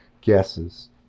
guesses